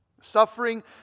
Suffering